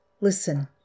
Listen